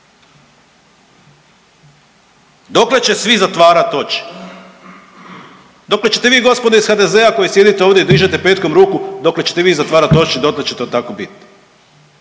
Dokle će svi zatvarat oči? Dokle ćete vi gospodo iz HDZ-a koji sjedite ovdje i dižete petkom ruku dokle ćete vi zatvarat oči, dotle će to tako biti.